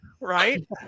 Right